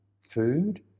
food